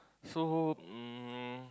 so um